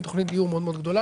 תוכנית דיור מאוד מאוד גדולה.